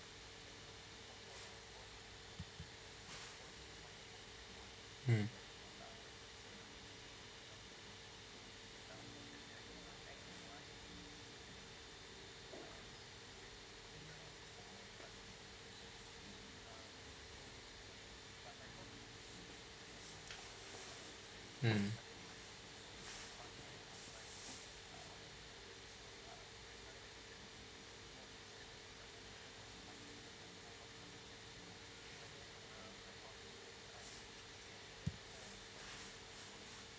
mm mm